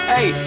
Hey